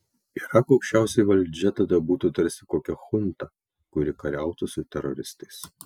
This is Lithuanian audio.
irako aukščiausioji valdžia tada būtų tarsi kokia chunta kuri kariautų su teroristais